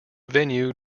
venue